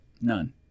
None